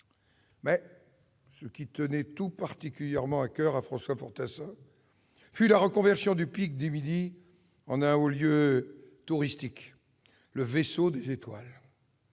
qui cependant tenait tout particulièrement à coeur à François Fortassin était la reconversion du pic du Midi en un haut lieu touristique, le « vaisseau des étoiles